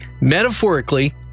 metaphorically